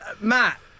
Matt